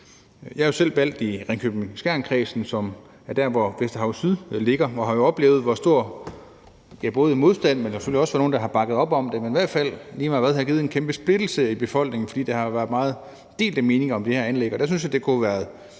Jeg er selv valgt i Ringkøbing-Skjern-kredsen, som er der, hvor Vesterhav Syd ligger, og har jo oplevet modstanden. Der er selvfølgelig også nogle, der har bakket op om det, men i hvert fald, lige meget hvad, har det givet en kæmpe splittelse i befolkningen, fordi der har været meget delte meninger om det her anlæg. Og der synes jeg, det kunne have